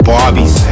Barbies